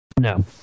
No